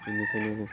बेनिखायनो